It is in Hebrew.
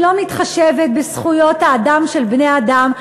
שלא מתחשבת בזכויות האדם של בני-האדם.